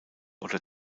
oder